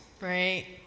right